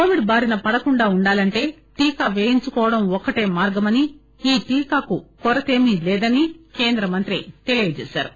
Covid బారిన పడకుండా వుండాలంటే టీకా పేయించుకోవడం ఒక్కటే మార్దమని ఈ టీకాకు కొరతేమీ లేదని కేంద్ర మంత్రి తెలిపారు